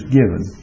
given